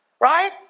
Right